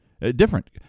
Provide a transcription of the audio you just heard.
Different